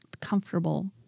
comfortable